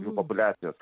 jų populiacijos